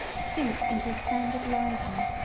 sink into a standard rising,